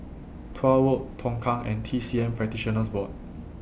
Tuah Road Tongkang and T C M Practitioners Board